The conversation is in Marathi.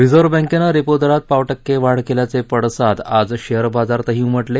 रिझव्है बँकेनं रेपोदरात पाव टक्के वाढ केल्याचे पडसाद आज शेअर बाजारात उमटले